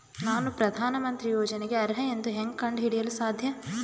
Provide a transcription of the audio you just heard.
ನಾನು ಪ್ರಧಾನ ಮಂತ್ರಿ ಯೋಜನೆಗೆ ಅರ್ಹ ಎಂದು ಹೆಂಗ್ ಕಂಡ ಹಿಡಿಯಲು ಸಾಧ್ಯ?